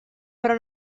però